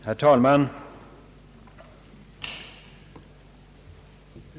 Herr talman!